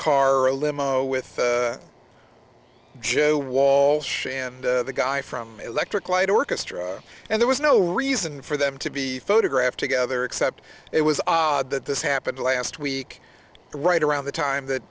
car or a limo with joe walsh and the guy from electric light orchestra and there was no reason for them to be photographed together except it was odd that this happened last week right around the time